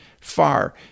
far